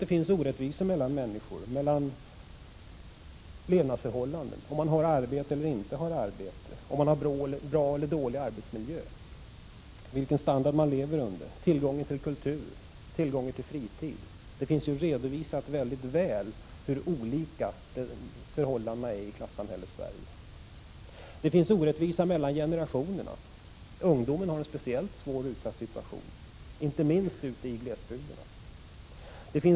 Det finns orättvisor i människors levnadsförhållanden — mellan dem som har arbete och dem som inte har arbete, mellan dem som har bra resp. dålig arbetsmiljö osv. Orättvisor finns vidare i fråga om standard, tillgång till kultur och tillgång till fritid. Det är mycket väl redovisat hur olika människors levnadsförhållanden är i klassamhället Sverige. Det finns också orättvisor mellan generationerna. Ungdomens situation är speciellt svår och utsatt, inte minst i glesbygderna.